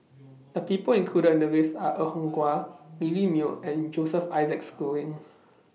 The People included in The list Are Er Kwong Wah Lily Neo and Joseph Isaac Schooling